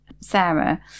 sarah